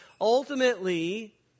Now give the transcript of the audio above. ultimately